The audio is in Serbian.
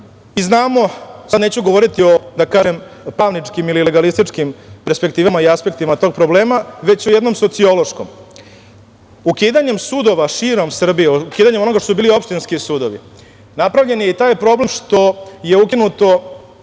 i znamo, sad neću govoriti o, da kažem, pravničkim ili legalističkim perspektivama i aspektima tog problema, već o jednom sociološkom. Ukidanjem sudova širom Srbije, ukidanjem onoga što su bili opštinski sudovi, napravljen je i taj problem što je ukinuto